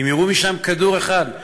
אם יירו משם כדור אחד.